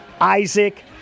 Isaac